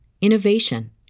innovation